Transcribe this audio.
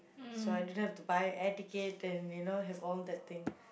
so I don't have to buy air ticket and you know have all that thing